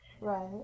Right